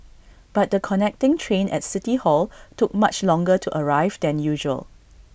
but the connecting train at city hall took much longer to arrive than usual